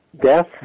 death